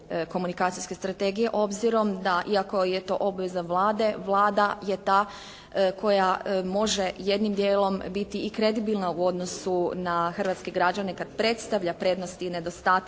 komunikacijske strategije obzirom da iako je to obveza Vlade, Vlada je ta koja može jednim dijelom biti i kredibilna u odnosu na hrvatske građane kada predstavlja prednosti i nedostatke